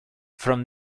from